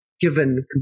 given